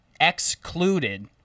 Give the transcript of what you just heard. excluded